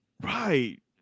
Right